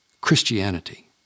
Christianity